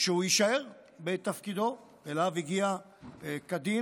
שהוא יישאר בתפקידו, שאליו הגיע כדין,